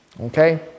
Okay